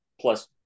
plus